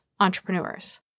entrepreneurs